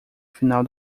final